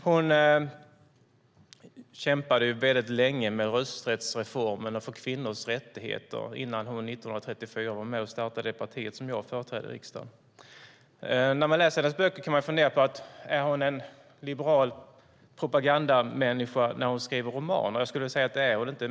Hon kämpade väldigt länge med rösträttsreformen och för kvinnors rättigheter innan hon 1934 var med och startade det parti som jag företräder i riksdagen. När man läser hennes böcker kan man fundera på om hon är en liberal propagandamänniska när hon skriver romaner. Jag skulle vilja säga att hon inte är det.